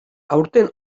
aurten